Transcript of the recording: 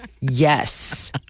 Yes